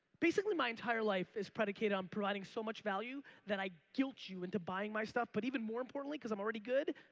basically, my entire life is predicated on providing so much value that i guilt you into buying my stuff but even more importantly cause um already good,